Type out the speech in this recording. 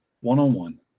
One-on-one